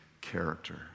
character